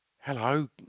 Hello